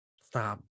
stop